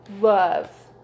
love